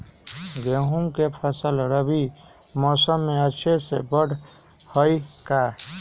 गेंहू के फ़सल रबी मौसम में अच्छे से बढ़ हई का?